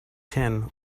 ten